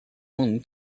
one